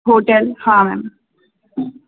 hotel हाँ